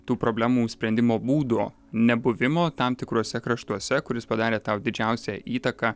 tų problemų sprendimo būdų nebuvimo tam tikruose kraštuose kuris padarė tau didžiausią įtaką